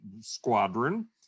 squadron